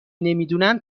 نمیدونن